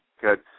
good